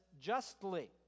justly